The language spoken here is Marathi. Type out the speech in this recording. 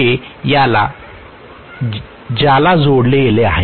जे याला ज्याला येथे जोडलेले आहे